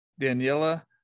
Daniela